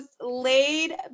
laid